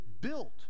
built